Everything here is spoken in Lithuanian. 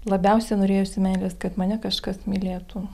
labiausiai norėjosi meilės kad mane kažkas mylėtų